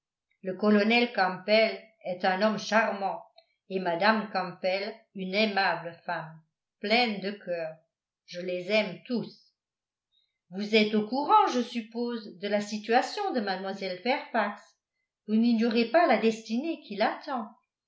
le colonel campbell est un homme charmant et mme campbell une aimable femme pleine de cœur je les aime tous vous êtes au courant je suppose de la situation de mlle fairfax vous n'ignorez pas la destinée qui l'attend